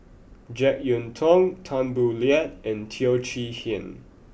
Jek Yeun Thong Tan Boo Liat and Teo Chee Hean